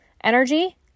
energy